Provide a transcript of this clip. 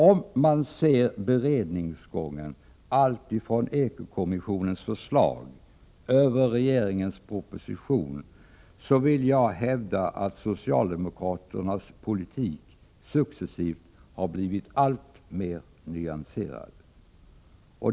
Om man ser beredningsgången alltifrån eko-kommissionens förslag till regeringens proposition finner man, vill jag hävda, att socialdemokraternas politik successivt har blivit alltmer nyanserad.